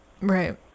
Right